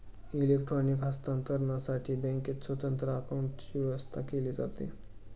electronic हस्तांतरणसाठी बँकेत स्वतंत्र काउंटरची व्यवस्था केली जाते